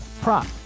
prop